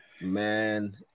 man